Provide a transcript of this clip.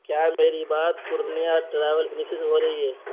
کیا میری بات پورنیہ ٹراویل اجنسی ہو رہی ہے